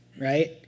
right